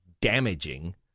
damaging